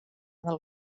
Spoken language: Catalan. del